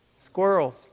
Squirrels